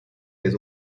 his